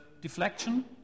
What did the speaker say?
deflection